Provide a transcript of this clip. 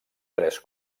tres